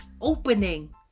opening